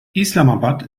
islamabad